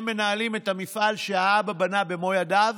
הם מנהלים את המפעל שהאבא בנה במו ידיו,